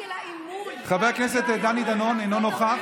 חבר הכנסת דני דנון, אינו נוכח,